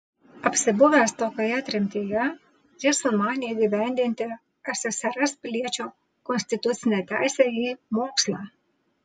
apsibuvęs tokioje tremtyje jis sumanė įgyvendinti ssrs piliečio konstitucinę teisę į mokslą